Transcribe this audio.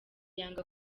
yanga